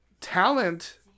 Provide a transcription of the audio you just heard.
talent